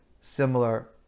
similar